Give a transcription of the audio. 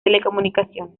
telecomunicaciones